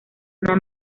una